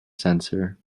sensor